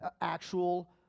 actual